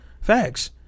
Facts